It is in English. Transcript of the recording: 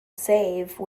save